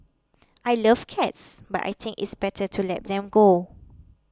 I love cats but I think it's better to let them go